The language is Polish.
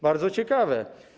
Bardzo ciekawe.